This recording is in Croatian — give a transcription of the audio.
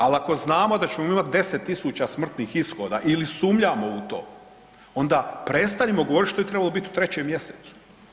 Ali ako znamo da ćemo imati 10000 smrtnih ishoda ili sumnjamo u to, onda prestanimo govoriti što je trebalo biti u trećem mjesecu.